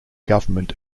government